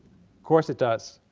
course it does.